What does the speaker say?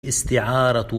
استعارة